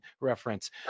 reference